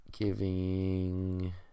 Giving